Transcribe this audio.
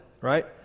right